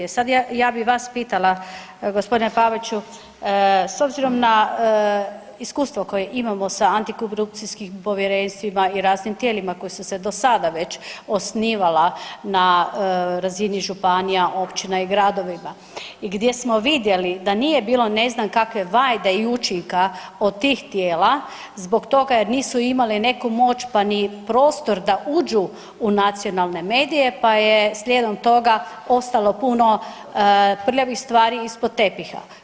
Sad ja bi vas pitala gospodine Paviću, s obzirom na iskustvo koje imamo sa antikorupcijskim povjerenstvima i raznim tijelima koja su se do sada već osnivala na razini županija, općina i gradovima i gdje smo vidjeli da nije bilo ne znam kakve vajde i učinka od tih tijela zbog toga jer nisu imali neku moć pa ni prostor da uđu nacionalne medije pa je slijedom toga ostalo puno prljavih stvari ispod tepiha.